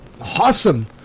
awesome